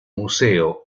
museo